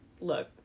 Look